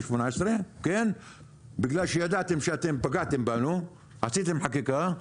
ב-2018 בגלל שידעתם שאתם פגעתם בנו, עשיתם חקיקה.